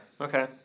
Okay